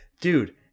Dude